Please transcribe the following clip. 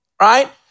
right